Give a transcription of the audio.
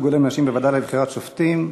(ייצוג הולם לנשים בוועדה לבחירת שופטים),